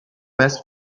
best